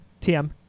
TM